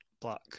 Black